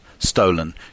stolen